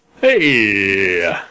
hey